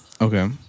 Okay